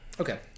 Okay